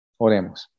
Oremos